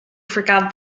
forgot